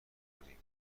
کنیم